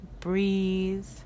breathe